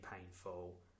painful